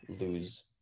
lose